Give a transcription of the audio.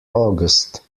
august